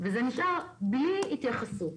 וזה נשאר בלי התייחסות.